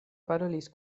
parolis